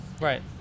Right